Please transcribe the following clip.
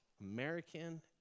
American